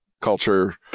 culture –